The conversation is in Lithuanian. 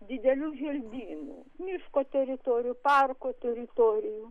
didelių želdynų miško teritorijų parko teritorijų